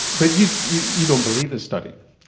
but you you don't believe this study.